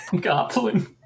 Goblin